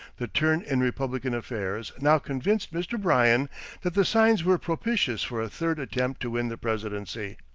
the turn in republican affairs now convinced mr. bryan that the signs were propitious for a third attempt to win the presidency.